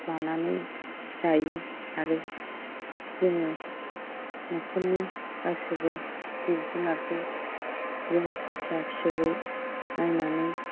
लानानै जायो आरो जोङो न'खरनि गासैबो जिब जुनारखौ जों फिसा फिसौवै नायनानै